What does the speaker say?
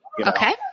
Okay